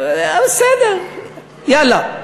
אז בסדר, יאללה.